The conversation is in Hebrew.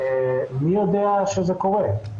מי יודע שזה קורה?